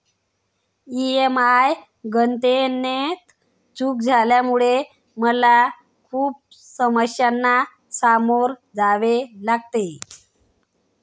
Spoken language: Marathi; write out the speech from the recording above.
ई.एम.आय गणनेत चूक झाल्यामुळे मला खूप समस्यांना सामोरे जावे लागले